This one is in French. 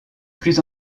plus